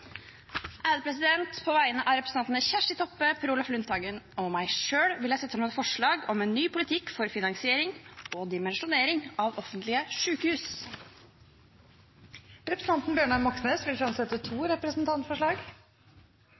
På vegne av representantene Kjersti Toppe, Per Olaf Lundteigen og meg selv vil jeg sette fram forslag om en ny politikk for finansiering og dimensjonering av offentlige sykehus. Representanten Bjørnar Moxnes vil fremsette to representantforslag.